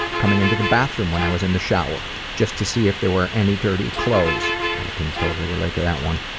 coming into the bathroom when i was in the shower just to see if there were any dirty clothes. i can totally relate to that one.